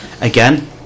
Again